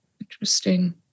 Interesting